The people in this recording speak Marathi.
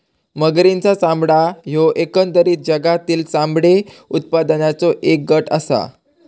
मगरींचा चामडा ह्यो एकंदरीत जगातील चामडे उत्पादनाचों एक गट आसा